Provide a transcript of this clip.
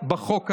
בחוק הזה.